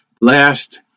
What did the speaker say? last